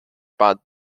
bad